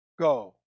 go